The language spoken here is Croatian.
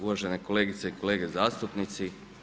Uvažene kolegice i kolege zastupnici.